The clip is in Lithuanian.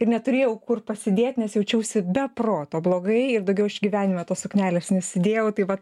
ir neturėjau kur pasidėt nes jaučiausi be proto blogai ir daugiau aš gyvenime tos suknelės nesidėjau tai va